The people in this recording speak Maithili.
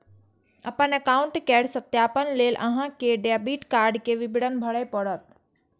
अपन एकाउंट केर सत्यापन लेल अहां कें डेबिट कार्ड के विवरण भरय पड़त